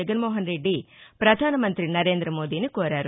జగన్మోహన్ రెడ్డి ప్రధానమంతి నరేంద్రమోదీని కోరారు